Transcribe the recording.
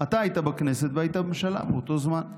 אתה היית בכנסת והיית ממשלה באותו זמן.